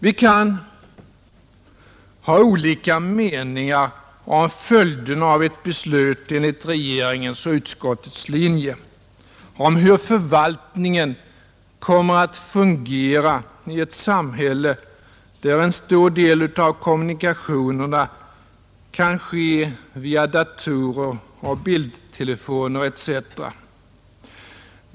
Vi kan ha olika meningar om följderna av ett beslut enligt regeringens och utskottets linje och om hur förvaltningen kommer att fungera i ett samhälle där en stor del av kommunikationerna sker via datorer, bildtelefoner etc.